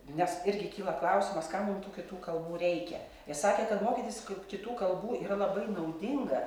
nes irgi kyla klausimas kam mum tų kitų kalbų reikia jis sakė kad mokytis k kitų kalbų yra labai naudinga